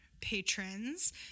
patrons